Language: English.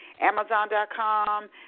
Amazon.com